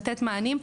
לתת מענים.